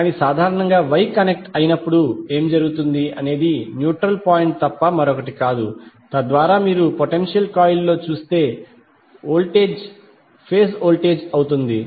కానీ సాధారణంగా Y connect అయినప్పుడు ఏమి జరుగుతుంది అనేది న్యూట్రల్ పాయింట్ తప్ప మరొకటి కాదు తద్వారా మీరు పొటెన్షియల్ కాయిల్లో చూసే వోల్టేజ్ ఫేజ్ వోల్టేజ్ అవుతుంది